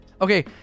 okay